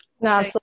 No